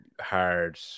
hard